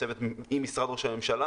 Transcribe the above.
צוות עם משרד ראש הממשלה,